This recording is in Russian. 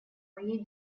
моей